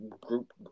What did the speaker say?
group